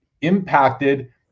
impacted